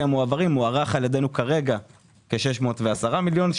המועברים מוערך על ידינו כרגע כ-610 מיליון,